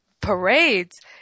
parades